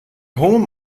home